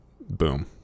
boom